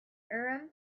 urim